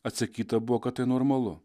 atsakyta buvo kad tai normalu